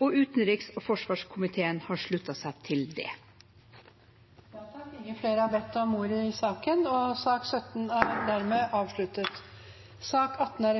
og utenriks- og forsvarskomiteen har sluttet seg til det. Flere har ikke bedt om ordet til sak nr. 17. Det foreligger